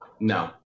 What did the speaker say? No